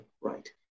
right